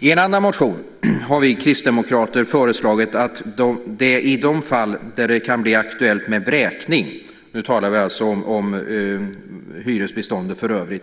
I en annan motion har vi kristdemokrater föreslagit att det i de fall där det kan bli aktuellt med vräkning - vi talar nu om hyresbeståndet i övrigt